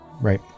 Right